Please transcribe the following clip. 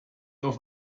auf